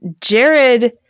Jared